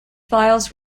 files